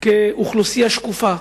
"אוכלוסייה שקופה",